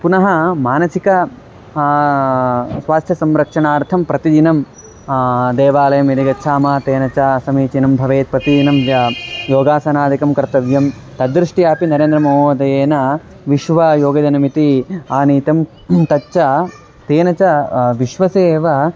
पुनः मानसिकं स्वास्थ्यसंरक्षणार्थं प्रतिदिनं देवालयम् यदि गच्छामः तेन च समीचीनं भवेत् प्रतिदिनं योगासनादिकं कर्तव्यं तद्दृष्ट्यापि नरेन्द्रमहोदयेन विश्वयोगदिनमिति आनीतं तच्च तेन च विश्वे एव